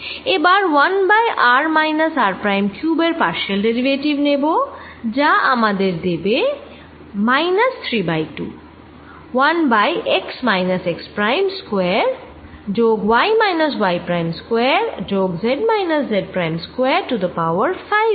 এবার 1 by r minus r prime cube এর partial derivative নেব যা আমাদের দেবে minus 3 by 2 1 by x minus x prime square যোগ y minus y prime square যোগ z minus z prime square to the power 5 by 2